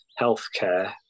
healthcare